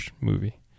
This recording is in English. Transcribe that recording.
movie